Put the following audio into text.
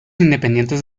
independientes